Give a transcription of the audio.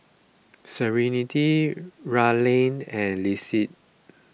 Serenity Raelynn and Lissette